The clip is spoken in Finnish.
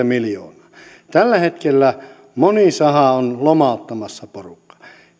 miljoonaa tällä hetkellä moni saha on lomauttamassa porukkaa